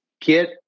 get